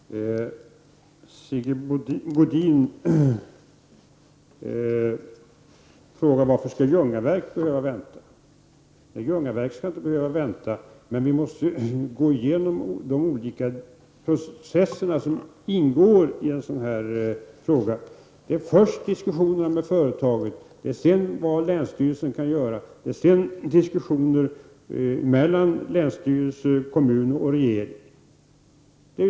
Herr talman! Sigge Godin frågade varför Ljungaverket skulle behöva vänta. Nej, Ljungaverket skall inte behöva vänta, men vi måste gå igenom de olika processer som ingår i en sådan här fråga: Först diskussioner med företaget, sedan diskussioner om vad länsstyrelsen kan göra och till sist diskussioner mellan länsstyrelsen, kommun och regering.